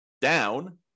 down